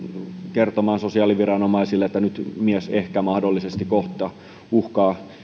kertomaan sosiaaliviranomaiselle että nyt mies ehkä mahdollisesti kohta uhkaa